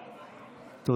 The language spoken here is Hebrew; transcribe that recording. תודה.